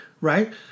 right